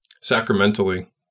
sacramentally